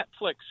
Netflix